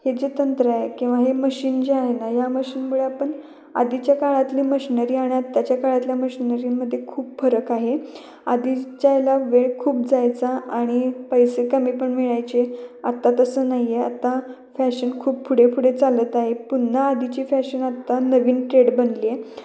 हे जे तंत्र आहे किंवा हे मशीन जे आहे ना या मशीनमुळे आपण आधीच्या काळातली मशिनरी आणि आत्ताच्या काळातल्या मशिनरीमध्ये खूप फरक आहे आधीच्याला वेळ खूप जायचा आणि पैसे कमी पण मिळायचे आत्ता तसं नाही आहे आत्ता फॅशन खूप पुढेपुढे चालत आहे पुन्हा आधीची फॅशन आत्ता नवीन ट्रेंड बनली आहे